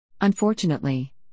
Unfortunately